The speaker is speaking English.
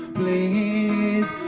please